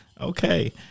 Okay